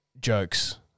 jokes